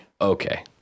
okay